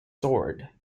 soared